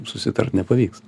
susitart nepavyks